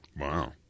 Wow